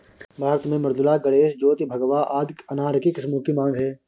भारत में मृदुला, गणेश, ज्योति, भगवा आदि अनार के किस्मों की मांग है